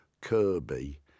Kirby